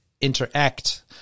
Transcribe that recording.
interact